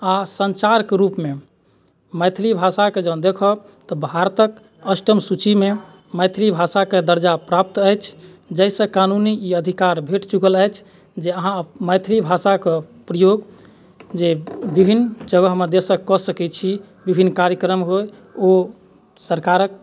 आओर सञ्चारके रूपमे मैथिली भाषाके जँ देखब तऽ भारतके अष्टम सूचीमे मैथिली भाषाके दर्जा प्राप्त अछि जाहिसँ कानूनी ई अधिकार भेट चुकल अछि जे अहाँ मैथिली भाषाके प्रयोग जे विभिन्न जगहमे देशके कऽ सकै छी विभिन्न कार्यक्रम होइ ओ सरकारके